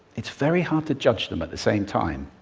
it's very hard to judge them at the same time.